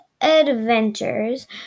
Adventures